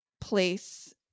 place